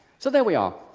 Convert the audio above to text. so there we are.